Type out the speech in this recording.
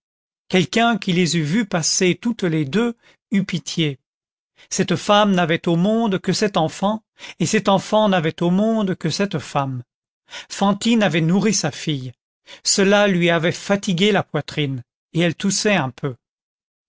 quelqu'un qui les eût vues passer toutes les deux eût pitié cette femme n'avait au monde que cet enfant et cet enfant n'avait au monde que cette femme fantine avait nourri sa fille cela lui avait fatigué la poitrine et elle toussait un peu